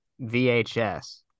VHS